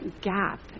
gap